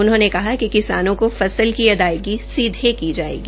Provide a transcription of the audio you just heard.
उन्होंने कहा कि किसानों को फसल की अदायगी सीधे की जायेगी